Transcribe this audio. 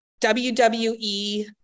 wwe